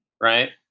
right